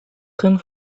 gom